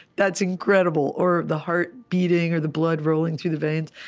that's incredible. or the heart beating, or the blood rolling through the veins,